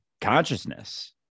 consciousness